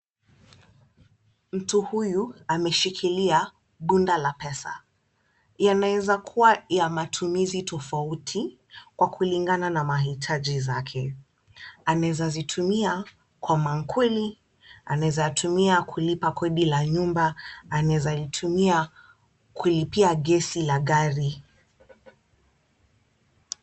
Mtu huyu ameshikilia bunda la pesa. Yanaweza kuwa ya matumizi tofauti kwa kulingana na mahitaji zake. Anaweza zitumia kwa maankuli, anaweza tumia kulipa kodi la nyumba, anaweza tumia kulipia gesi la gari.